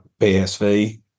bsv